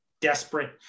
desperate